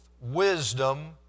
wisdom